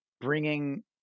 bringing